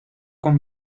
con